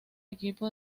equipo